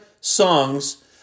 songs